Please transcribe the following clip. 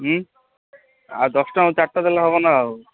ଆଉ ଦଶ ଟଙ୍କାର ଚାରିଟା ଦେେଲେ ହେବ ନା ଆଉ